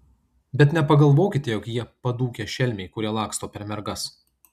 bet nepagalvokite jog jie padūkę šelmiai kurie laksto per mergas